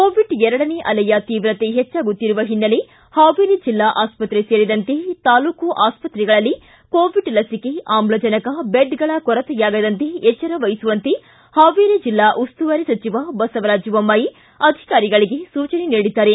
Covid ಎರಡನೇ ಅಲೆಯ ತೀವ್ರತೆ ಹೆಚ್ಚಾಗುತ್ತಿರುವ ಹಿನ್ನೆಲೆ ಹಾವೇರಿ ಜಿಲ್ಲಾ ಆಸ್ಪಕ್ರೆ ಸೇರಿದಂತೆ ತಾಲೂಕಾ ಆಸ್ಪತ್ರೆಗಳಲ್ಲಿ ಕೋವಿಡ್ ಲಸಿಕೆ ಆಮ್ಲಜನಕ ಬೆಡ್ಗಳ ಕೊರತೆಯಾಗದಂತೆ ಎಚ್ವರ ವಹಿಸುವಂತೆ ಹಾವೇರಿ ಜಿಲ್ಲಾ ಉಸ್ತುವಾರಿ ಸಚಿವ ಬಸವರಾಜ ಬೊಮ್ನಾಯಿ ಅಧಿಕಾರಿಗಳಿಗೆ ಸೂಚನೆ ನೀಡಿದ್ದಾರೆ